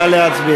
מי נגד?